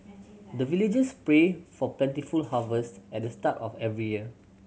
the villagers pray for plentiful harvest at the start of every year